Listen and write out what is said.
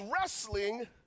wrestling